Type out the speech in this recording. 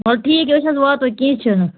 ولہٕ ٹھیٖک أسۍ حظ واتو کیٚنٛہہ چھُنہٕ